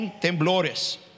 temblores